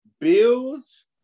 Bills